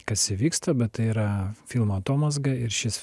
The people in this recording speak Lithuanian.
kas įvyksta bet tai yra filmo atomazga ir šis